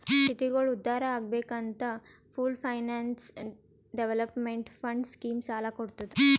ಸಿಟಿಗೋಳ ಉದ್ಧಾರ್ ಆಗ್ಬೇಕ್ ಅಂತ pooled finance development fund scheme ಸಾಲ ಕೊಡ್ತುದ್